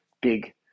big